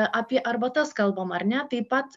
apie arbatas kalbam ar ne taip pat